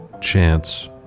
chance